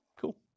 Cool